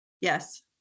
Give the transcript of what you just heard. Yes